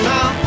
Now